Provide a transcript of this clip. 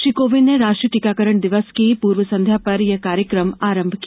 श्री कोविंद ने राष्ट्रीय टीकाकरण दिवस की पूर्व संध्या पर यह कार्यक्रम आरंभ किया